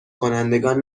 کنندگان